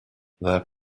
their